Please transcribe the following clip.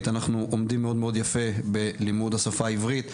אנחנו עומדים מאוד יפה בלימוד השפה העברית.